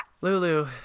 Lulu